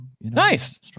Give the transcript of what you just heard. Nice